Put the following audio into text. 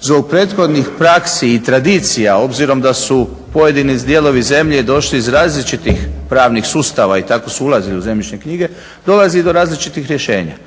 zbog prethodnih praksi i tradicija obzirom da su pojedini dijelovi zemlje došli iz različitih pravnih sustava i tako su ulazili u zemljišne knjige dolazi i do različitih rješenja.